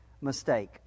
mistake